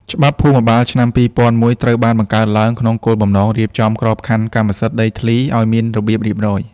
ច្បាប់ភូមិបាលឆ្នាំ ២០០១ ត្រូវបានបង្កើតឡើងក្នុងគោលបំណងរៀបចំក្របខណ្ឌកម្មសិទ្ធិដីធ្លីឱ្យមានរបៀបរៀបរយ។